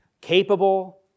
Capable